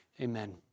Amen